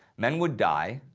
men would die.